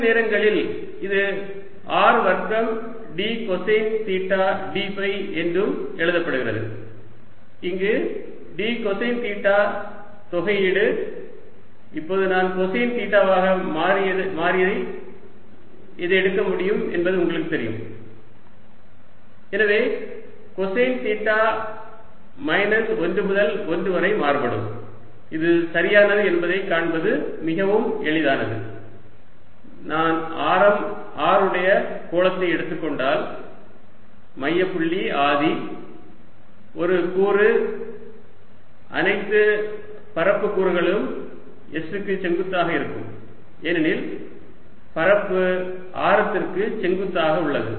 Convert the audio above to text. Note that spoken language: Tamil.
சில நேரங்களில் இது r வர்க்கம் d cosine theta d phi என்றும் எழுதப்படுகிறது இங்கு d கொசைன் தீட்டா தொகையீடு இப்போது நான் கொசைன் தீட்டாவை மாறியாக எடுக்க முடியும் என்பது உங்களுக்குத் தெரியும் dsr2sinθdθdϕsr2dcosθdϕ 0≤θ≤π 0≤ϕ≤2π 1≤cosθ≤1 எனவே கொசைன் தீட்டா மைனஸ் 1 முதல் 1 வரை மாறுபடும் இது சரியானது என்பதைக் காண்பது மிகவும் எளிதானது நான் ஆரம் R உடைய கோளத்தை எடுத்துக் கொண்டால் மைய புள்ளி ஆதி ஒரு கூறு அனைத்து பரப்புகூ றுகளும் s க்கு செங்குத்தாக இருக்கும் ஏனெனில் பரப்பு ஆரத்திற்கு செங்குத்தாக உள்ளது